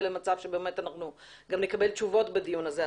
למצב שאנחנו גם נקבל תשובות בדיון הזה.